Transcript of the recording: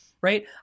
Right